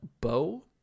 bow